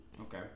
Okay